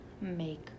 make